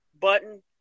button